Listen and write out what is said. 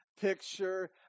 Picture